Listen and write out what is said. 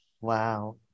wow